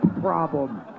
problem